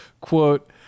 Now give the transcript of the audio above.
quote